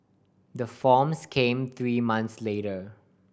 the forms came three months later